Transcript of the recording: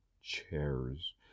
Chairs